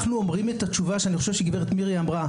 אנחנו אומרים את התשובה שהגברת אביטל אמרה: